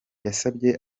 yasabye